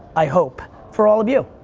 i hope, for all of you.